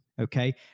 Okay